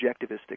objectivistic